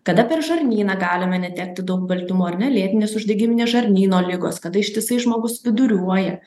kada per žarnyną galime netekti daug baltymų ar ne lėtinės uždegiminės žarnyno ligos kada ištisai žmogus viduriuoja